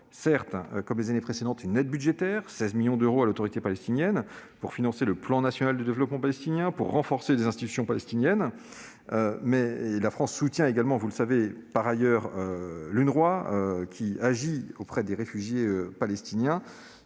France, comme les années précédentes, apporte une aide budgétaire de 16 millions d'euros à l'Autorité palestinienne pour financer le plan national de développement palestinien et renforcer les institutions palestiniennes. La France soutient également par ailleurs l'UNRWA, qui agit auprès des réfugiés palestiniens,